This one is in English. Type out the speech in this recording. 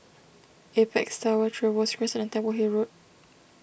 Apex Tower Trevose Crescent and Temple Hill Road